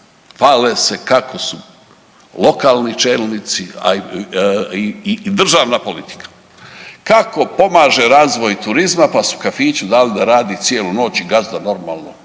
Hvale se kako su lokalni čelnici i državna politika, kako pomaže razvoju turizma, pa su kafiću dali da radi cijelu noć i gazda normalno